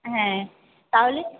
হ্যাঁ তাহলে